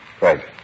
Right